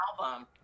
album